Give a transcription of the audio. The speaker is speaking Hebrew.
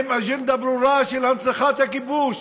עם אג'נדה ברורה של הנצחת הכיבוש,